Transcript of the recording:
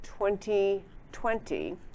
2020